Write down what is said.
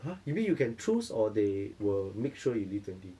!huh! you mean you can choose or they will make sure you leave twenty